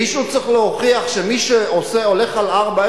מישהו צריך להוכיח שמי שהולך על ארבע,